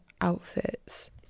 outfits